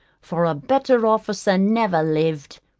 for a better officer never lived,